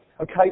okay